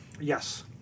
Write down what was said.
Yes